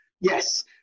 Yes